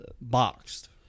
boxed